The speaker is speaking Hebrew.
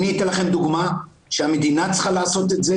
הנה אני אתן לכם דוגמה שהמדינה צריכה לעשות את זה